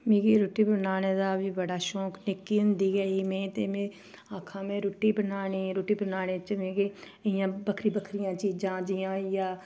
मिगी रुट्टी बनाने दा बी बड़ा शौंक निक्की होंदी गै ही में ते में आक्खां में रुट्टी बनानी रुट्टी बनाने च मिगी इ'यां बक्खरी बक्खरियां चीजां जि'यां होई गेआ